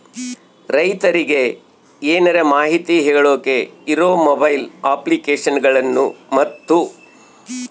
ರೈತರಿಗೆ ಏನರ ಮಾಹಿತಿ ಕೇಳೋಕೆ ಇರೋ ಮೊಬೈಲ್ ಅಪ್ಲಿಕೇಶನ್ ಗಳನ್ನು ಮತ್ತು?